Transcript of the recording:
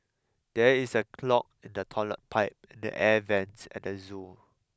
there is a clog in the toilet pipe and the air vents at the zoo